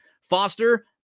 Foster